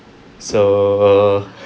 so